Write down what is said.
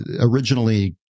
Originally